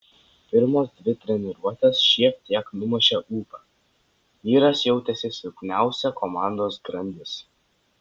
pirmos dvi treniruotės šiek tiek numušė ūpą vyras jautėsi silpniausia komandos grandis